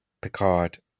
Picard